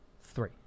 Three